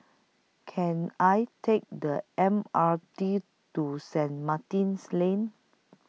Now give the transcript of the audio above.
Can I Take The M R T to Saint Martin's Lane